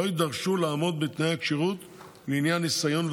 לא יידרשו לעמוד בתנאי הכשירות לעניין ניסיון והשכלה,